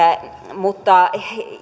mutta